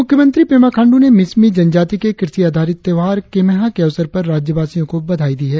मुख्यमंत्री पेमा खांडू ने मिसमी जनजाति के कृषि आधारित त्यौहार केमेहा के अवसर पर राज्यवासियो को बधाई दी है